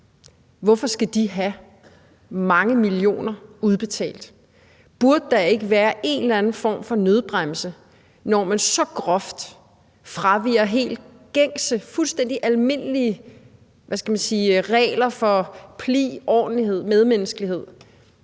liv på spil, have mange millioner kroner udbetalt? Burde der ikke være en eller anden form for nødbremse, når man så groft fraviger helt gængse, fuldstændig almindelige regler for pli, ordentlighed og medmenneskelighed,